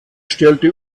stellte